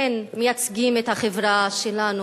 כן מייצגים את החברה שלנו.